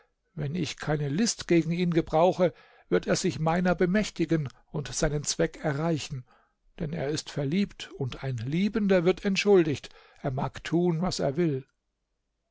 wenn ich keine list gegen ihn gebrauche wird er sich meiner bemächtigen und seinen zweck erreichen denn er ist verliebt und ein liebender wird entschuldigt er mag tun was er will